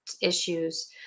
issues